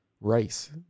rice